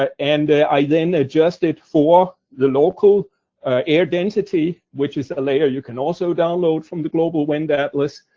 ah and i then adjust it for the local air density, which is a layer you can also download from the global wind atlas.